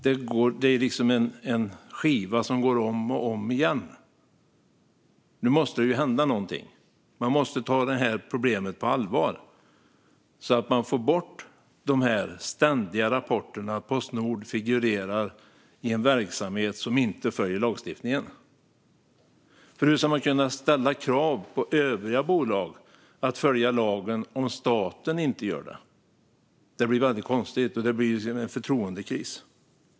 Det är en skiva som går om och om igen. Nu måste det hända något, och man måste ta problemet på allvar. Det handlar om att inte få dessa ständiga rapporter om att Postnord figurerar i en verksamhet som inte följer lagstiftningen. Hur ska det vara möjligt att ställa krav på övriga bolag att följa lagen om staten inte gör det? Det blir konstigt, och då blir det en förtroendekris.